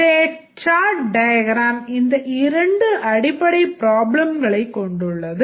state chart diagram இந்த இரண்டு அடிப்படை பிராப்ளம்களைக் கொண்டுள்ளது